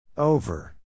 Over